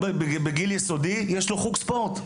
היום לכל ילד בבת ים בגיל יסודי יש חוג ספורט.